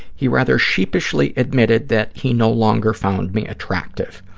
he rather sheepishly admitted that he no longer found me attractive.